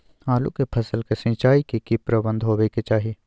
आलू के फसल के सिंचाई के की प्रबंध होबय के चाही?